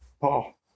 Paul